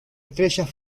estrellas